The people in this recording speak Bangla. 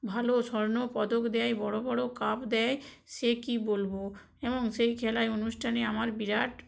ভালো স্বর্ণপদক দেয় বড় বড় কাপ দেয় সে কী বলব এবং সেই খেলায় অনুষ্ঠানে আমার বিরাট